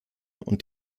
und